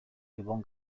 ibon